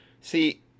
See